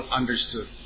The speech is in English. understood